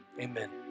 Amen